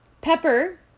Pepper